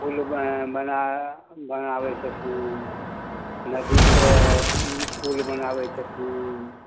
पुल बन बना बनाबै छथिन नदीके पुल बनाबै छथिन